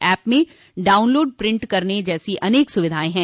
app में download print करने जैसी अनेक सुविधाएं है